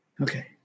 Okay